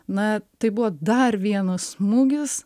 na tai buvo dar vienas smūgis